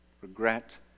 regret